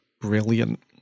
brilliant